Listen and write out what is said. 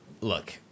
look